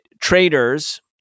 traders